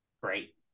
Great